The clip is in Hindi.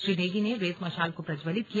श्री नेगी ने रेस मशाल को प्रज्ज्वलित किया